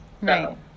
Right